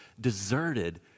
deserted